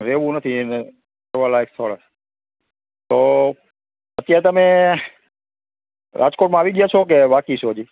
રહેવું નથી ને ફરવા લાયક સ્થળો તો અત્યારે તમે રાજકોટમાં આવી ગયા છો કે બાકી છો હજી